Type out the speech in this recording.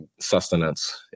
sustenance